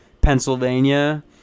Pennsylvania